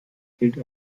gilt